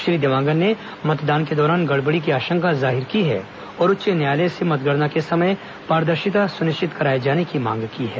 श्री देवांगन ने मतदान के दौरान गड़बड़ी की आशंका जाहिर की है और उच्च न्यायालय से मतगणना के समय पारदर्शिता सुनिश्चित कराए जाने की मांग की है